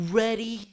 ready